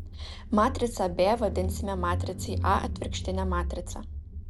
matricą b vadinsime matricai a atvirkštine matrica